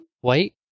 White